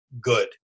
good